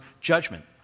judgment